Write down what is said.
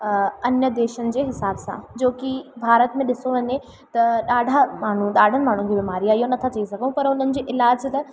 अन्य देशनि जे हिसाब सां जो की भारत में ॾिठो वञे त ॾाढा माण्हू ॾाढानि माण्हुनि खे बीमारी आहे इहो नथा चई सघूं पर उन्हनि जे इलाजु त